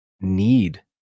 need